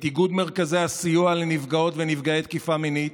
את איגוד מרכזי הסיוע לנפגעות ונפגעי תקיפה מינית,